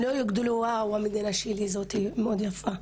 הם לא יגדלו כשהם מרגישים שזאת המדינה שלהם והיא מאוד יפה,